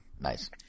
Nice